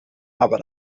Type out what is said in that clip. aber